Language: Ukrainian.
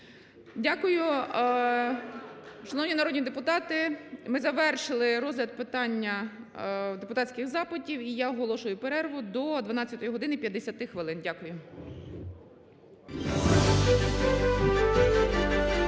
Дякую. Шановні народні депутати! Ми звершили розгляд питання депутатських запитів і я оголошую перерву до 12 години 50 хвилин. Дякую. (Після